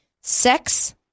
sex